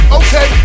okay